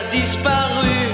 disparu